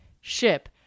ship